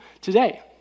today